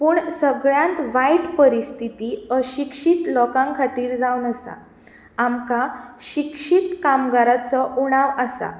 पूण सगळ्यांत वायट परिस्थिती अशिक्षीत लोकां खातीर जावन आसा आमकां शिक्षीत कामगाराचो उणाव आसा